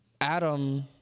Adam